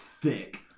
Thick